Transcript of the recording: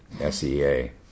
S-E-A